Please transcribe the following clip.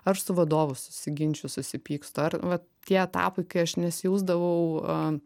ar su vadovu susiginčiju susipykstu ar vat tie etapai kai aš nesijausdavau